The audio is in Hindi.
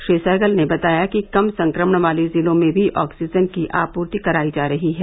श्री सहगल ने बताया कि कम संक्रमण वाले जिलों में भी ऑक्सीजन की आपूर्ति कराई जा रही है